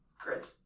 Chris